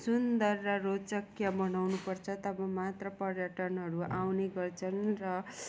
सुन्दर र रोचकीय बनाउनुपर्छ तब मात्र पर्यटनहरू आउने गर्छन् र